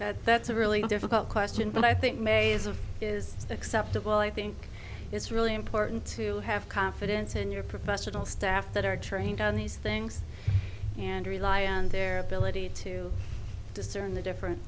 that that's a really difficult question but i think mazen is acceptable i think is really an martin to have confidence in your professional staff that are trained on these things and rely on their ability to discern the differen